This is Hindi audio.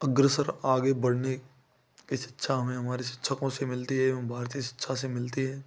अग्रसर आगे बढ़ने की शिक्षा हमें हमारे शिक्षकों से मिलती है एवम भारती शिक्षा से मिलती है